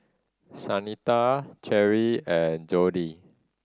Shanita Cherri and Jodie